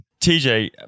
TJ